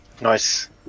Nice